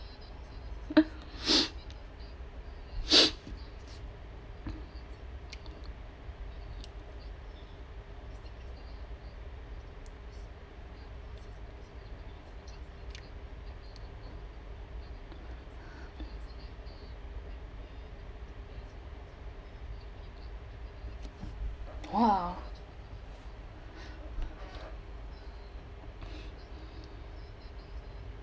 !wah!